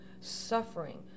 suffering